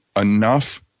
enough